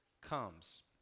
comes